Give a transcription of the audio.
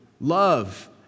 love